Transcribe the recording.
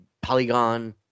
Polygon